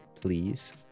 please